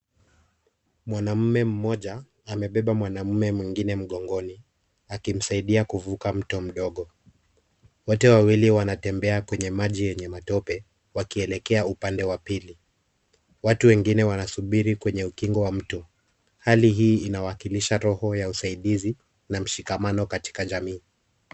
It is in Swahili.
Mwanamume mmoja amebeba mwanamume mwingine mgongoni, akimsaidia kuvuka mto mdogo. Wote wawili wanatembea kwenye maji yenye matope, wakielekea upande wa pili. Watu wengine wanasubiri kwenye ukingo wa mto. Hali hii inawakilisha roho ya usaidizi, na mshikamano katika jamii.